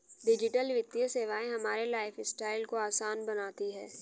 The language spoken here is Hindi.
डिजिटल वित्तीय सेवाएं हमारे लाइफस्टाइल को आसान बनाती हैं